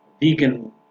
vegan